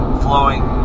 flowing